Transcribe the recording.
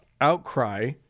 outcry